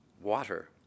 water